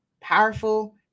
powerful